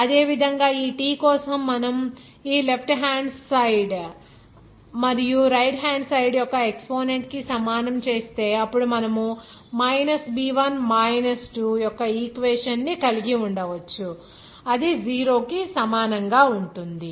అదేవిధంగా ఈ T కోసం మనము ఈ లెఫ్ట్ హ్యాండ్ సైడ్ మరియు రైట్ సైడ్ యొక్క ఎక్సపోనెంట్ కి సమానం చేస్తే అప్పుడు మనము b1 2 యొక్క ఈ ఈక్వేషన్ ని కలిగి ఉండవచ్చు అది 0 కి సమానంగా ఉంటుంది